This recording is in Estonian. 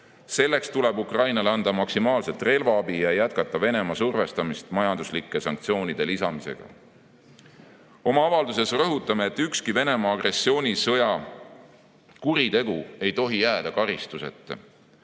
Selleks tuleb Ukrainale anda maksimaalselt relvaabi ja jätkata Venemaa survestamist majanduslike sanktsioonide lisamisega. Oma avalduses rõhutame, et ükski Venemaa agressioonisõja kuritegu ei tohi jääda karistuseta.